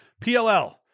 PLL